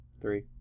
Three